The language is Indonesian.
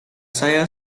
saya